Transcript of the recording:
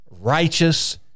righteous